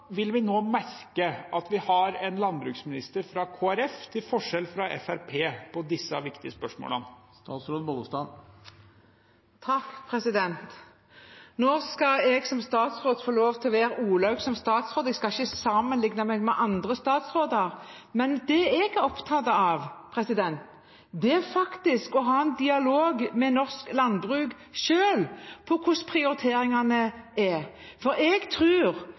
vil vi nå merke at vi har en landbruksminister fra Kristelig Folkeparti, til forskjell fra Fremskrittspartiet, i disse viktige spørsmålene? Nå skal jeg som statsråd få lov til å være Olaug som statsråd, jeg skal ikke sammenligne meg med andre statsråder. Det jeg er opptatt av, er faktisk å ha en dialog med norsk landbruk selv om hvordan prioriteringene er. For jeg